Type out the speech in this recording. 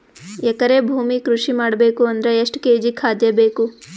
ಎಕರೆ ಭೂಮಿ ಕೃಷಿ ಮಾಡಬೇಕು ಅಂದ್ರ ಎಷ್ಟ ಕೇಜಿ ಖಾದ್ಯ ಬೇಕು?